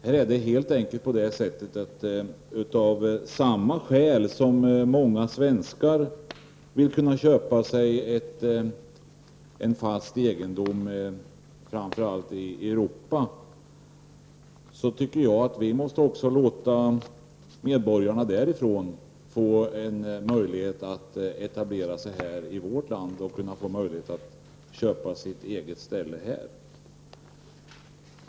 Här är det helt enkelt på det sättet att av samma skäl som många svenskar vill kunna köpa sig en fast egendom, framför allt i Europa, tycker jag att vi också måste låta medborgarna därifrån etablera sig i vårt land och få möjlighet att köpa sitt eget ställe här.